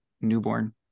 newborn